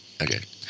okay